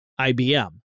IBM